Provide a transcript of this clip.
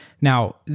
Now